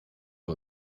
wir